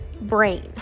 brain